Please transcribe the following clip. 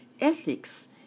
Ethics